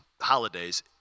holidays